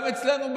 גם אצלנו,